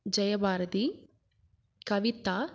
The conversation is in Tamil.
ஜெயபாரதி கவிதா